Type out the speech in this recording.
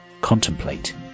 contemplate